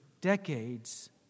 decades